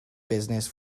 business